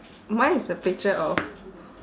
mine is a picture of